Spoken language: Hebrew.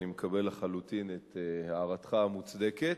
אני מקבל לחלוטין את הערתך המוצדקת.